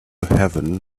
heaven